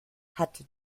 hatte